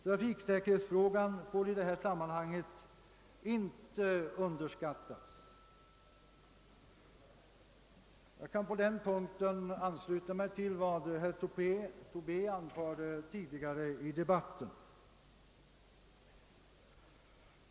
Trafiksäkerhetsfrågorna får heller inte underskattas i detta sammanhang. På den punkten kan jag helt instämma i vad herr Tobé anförde tidigare i debatten.